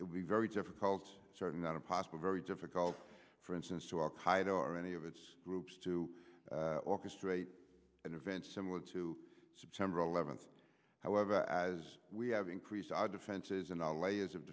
it would be very difficult starting not impossible very difficult for instance to al qaeda or any of its groups to orchestrate an event similar to september eleventh however as we have increased our defenses and our layers of